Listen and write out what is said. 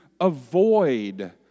avoid